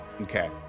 Okay